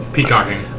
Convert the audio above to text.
Peacocking